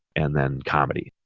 and then comedy.